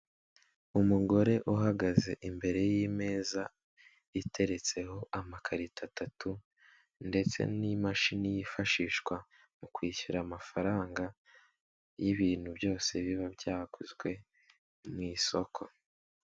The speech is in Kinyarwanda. Umugore uhagaze imbere y'imeza iteretseho amakarita atatu ndetse n'imashini yifashishwa mu kwishyura amafaranga y'ibintu byose biba byaguzwe mu isoko.